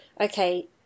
okay